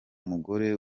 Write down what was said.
mugore